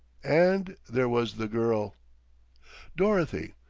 and there was the girl dorothy,